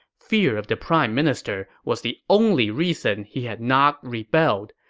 fear of the prime minister was the only reason he had not rebelled.